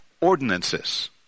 ordinances